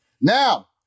now